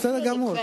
בסדר גמור.